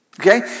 Okay